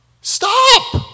Stop